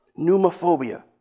Pneumophobia